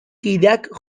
kideak